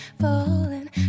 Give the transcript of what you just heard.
falling